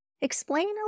Explain